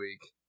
week